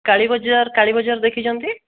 କାଳୀବଜାର କାଳୀବଜାର ଦେଖିଛନ୍ତି